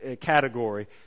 category